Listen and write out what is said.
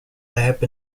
lab